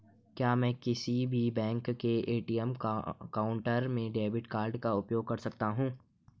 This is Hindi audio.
क्या मैं किसी भी बैंक के ए.टी.एम काउंटर में डेबिट कार्ड का उपयोग कर सकता हूं?